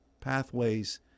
pathways